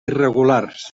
irregulars